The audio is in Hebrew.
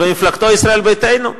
ומפלגתו ישראל ביתנו?